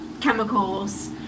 chemicals